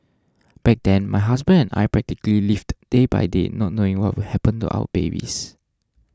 back then my husband and I practically lived day by day not knowing what will happen to our babies